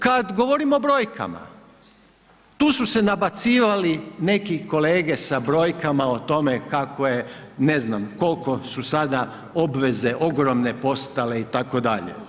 Kad govorimo o brojkama tu su se nabacivali neki kolege sa brojkama o tome kako je, ne znam koliko su sada obveze ogromne postale itd.